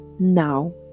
Now